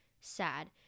sad